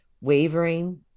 wavering